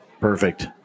Perfect